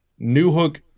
Newhook